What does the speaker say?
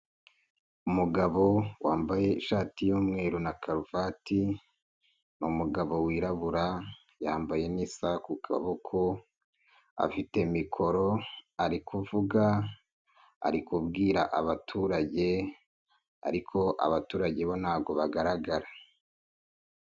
Umugabo wambaye ishati y'umweru na karuvati, ni umugabo wirabura yambaye n'isaha ku kaboko, afite mikoro ari kuvuga ari kubwira abaturage ariko abaturage bo ntabwo bagaragara.